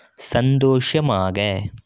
சந்தோஷமாக